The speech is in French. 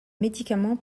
médicament